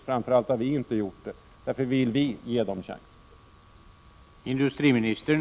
Framför allt har vi förtroende för dem, och därför vill vi ge dem chansen.